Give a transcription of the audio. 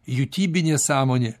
jutybinė sąmonė